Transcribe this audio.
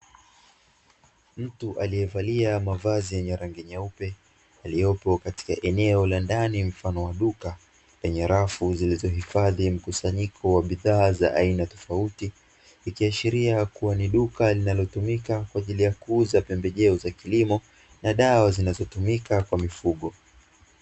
Mtu aliyevalia mavazi yenye rangi nyeupe, aliyepo katika eneo la ndani mfano wa duka, lenye rafu zilizohifadhi mkusanyiko wa bidhaa za aina tofauti, ikiashiria kuwa ni duka linalotumika kwa ajili ya kuuza pembejeo za kilimo, na dawa zinazotumika kwa mifugo.